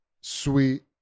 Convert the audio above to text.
sweet